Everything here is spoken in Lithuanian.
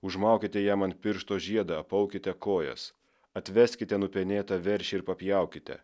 užmaukite jam ant piršto žiedą apaukite kojas atveskite nupenėtą veršį ir papjaukite